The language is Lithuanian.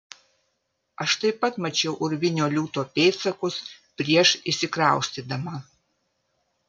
aš taip pat mačiau urvinio liūto pėdsakus prieš įsikraustydama